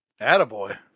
Attaboy